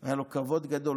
היה לו כבוד גדול,